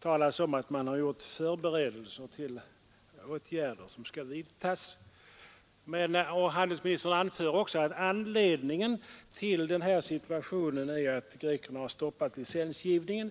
talas om att man gjort förberedelser för åtgärder som skall vidtas. Handelsministern anför också att anledningen till den här situationen är att grekerna stoppat licensgivningen.